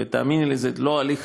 ותאמיני לי, זה לא הליך